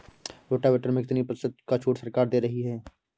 Rotavator में कितनी प्रतिशत का छूट सरकार दे रही है?